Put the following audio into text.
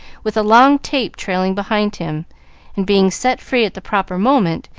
with a long tape trailing behind him and, being set free at the proper moment,